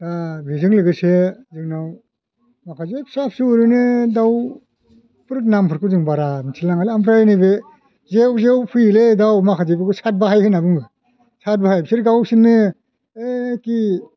बेजों लोगोसे जोंनाव माखासे फिसा फिसौ ओरैनो दाउफोर नामफोरखौ जों बारा मिथिलायलाङालै ओमफ्राय नैबे जेव जेव फैयोलै माखासेफोरखौ साथ बाहाय होनना बुङो साथ बाहाय बिसोर गावसोरनो ओइ कि